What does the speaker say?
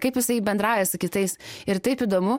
kaip jisai bendrauja su kitais ir taip įdomu